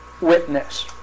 witness